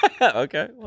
okay